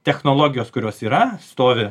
technologijos kurios yra stovi